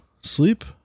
Sleep